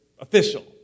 official